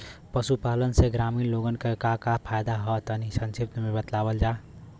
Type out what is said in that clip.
पशुपालन से ग्रामीण लोगन के का का फायदा ह तनि संक्षिप्त में बतावल जा?